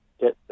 get